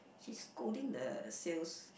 she's scolding the sales